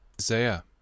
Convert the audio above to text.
Isaiah